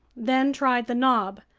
then tried the knob.